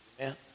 Amen